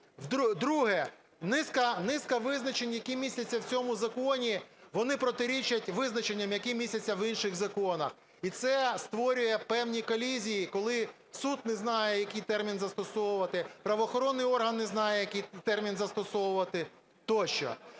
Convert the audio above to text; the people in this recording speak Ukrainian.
Друге. Низка визначень, які містяться в цьому законі, вони протирічать визначенням, які містяться в інших законах. І це створює певні колізії, коли суд не знає, який термін застосовувати, правоохоронний орган не знає, який термін застосовувати тощо.